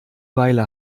weile